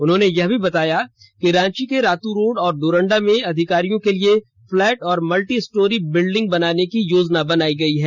उन्होंने यह भी बताया कि रांची के रातू रोड और डोरंडा में अधिकारियों के लिए फ्लैट और मल्टीस्टोरी बिल्डिंग बनाने की योजना बनाई गई है